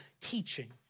teaching